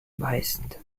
brest